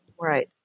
Right